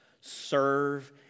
serve